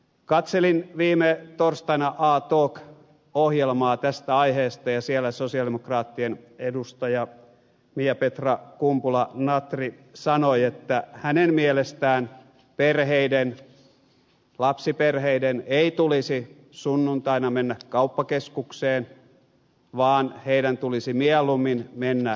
katselin viime torstaina a talk ohjelmaa tästä aiheesta ja siellä sosialidemokraattien edustaja miapetra kumpula natri sanoi että hänen mielestään perheiden lapsiperheiden ei tulisi sunnuntaina mennä kauppakeskukseen vaan heidän tulisi mieluummin mennä esimerkiksi taidenäyttelyyn